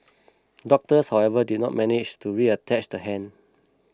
doctors however did not manage to reattach the hand